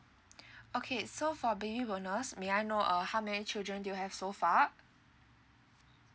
okay so for baby bonus may I know uh how many children you have so far